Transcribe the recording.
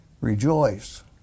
Rejoice